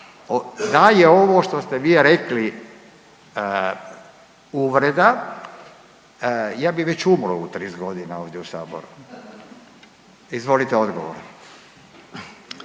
da je ovo što ste vi rekli uvreda ja bi već umro u 30 godina ovdje u saboru. Izvolite odgovor,